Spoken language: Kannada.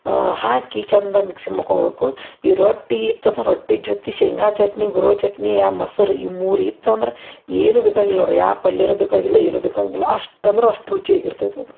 ಹಾಕಿ ಚಂದ ಮಿಕ್ಸ್ ಮಾಡ್ಕೊಬೇಕು ಈ ರೊಟ್ಟಿ ಇತ್ತಂದ್ರೆ ರೊಟ್ಟಿ ಜೊತೆ ಶೇಂಗಾ ಚಟ್ನಿ ಗುರೋಳ್ಳು ಚಟ್ನಿ ಆ ಮೊಸರು ಈ ಮೂರು ಇತ್ತಂದ್ರೆ ಏನೂ ಬೇಕಾಗಿಲ್ಲ ನೋಡಿರಿ ಯಾವ ಪಲ್ಯವೂ ಬೇಕಾಗಿಲ್ಲ ಏನೂ ಬೇಕಾಗಿಲ್ಲ ಅಷ್ಟು ಅಂದ್ರೆ ಅಷ್ಟು ರುಚಿಯಾಗಿರ್ತೈತೆ ಅದು